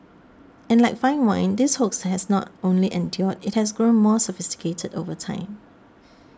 and like fine wine this hoax has not only endured it has grown more sophisticated over time